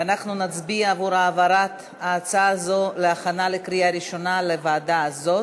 ואנחנו נצביע על העברת ההצעה הזאת להכנה לקריאה ראשונה לוועדה הזאת.